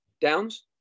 Downs